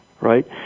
right